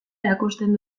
erakusten